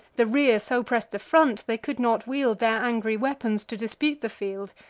the rear so press'd the front, they could not wield their angry weapons, to dispute the field.